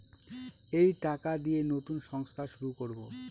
এই টাকা দিয়ে নতুন সংস্থা শুরু করবো